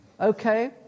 okay